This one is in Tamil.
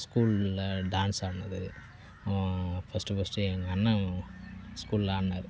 ஸ்கூலில் டான்ஸ் ஆடினது ஃபர்ஸ்ட் ஃபர்ஸ்ட் எங்கள் அண்ணன் ஸ்கூலில் ஆடினாரு